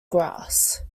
grass